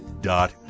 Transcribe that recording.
dot